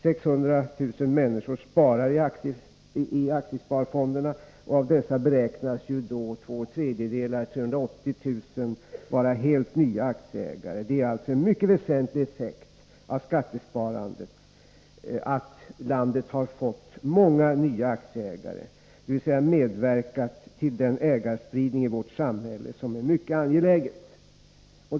600 000 människor sparar i aktiesparfonderna, och av dessa beräknas två tredjedelar, eller 380 000, vara helt nya aktieägare. Det är alltså en mycket väsentlig effekt av skattesparandet att landet har fått många nya aktieägare, dvs. medverkat till den ägarspridning i vårt samhälle som är mycket angelägen.